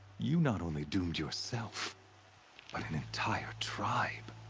you not only doomed yourself. but an entire tribe.